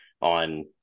on